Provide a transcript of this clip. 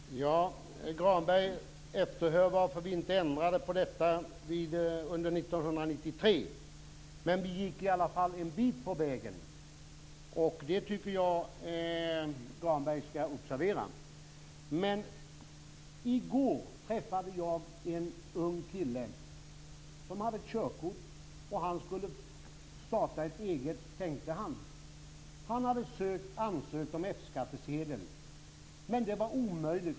Fru talman! Granberg efterhör varför vi inte ändrade på detta under 1993. Vi gick i alla fall en bit på väg, och det tycker jag att Granberg skall observera. I går träffade jag en ung kille som hade körkort och skulle starta eget - tänkte han. Han hade ansökt om F-skattsedel, men det var omöjligt.